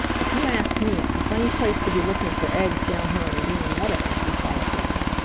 if you ask me, it's a funny place to be looking for eggs down here on the green meadows, replied peter.